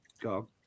Go